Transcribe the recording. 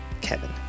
Kevin